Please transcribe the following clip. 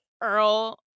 Earl